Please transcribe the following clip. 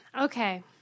Okay